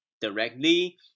directly